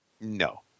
No